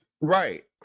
right